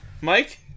Mike